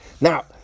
Now